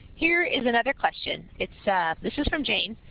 here is another question. this is from jane.